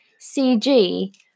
CG